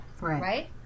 right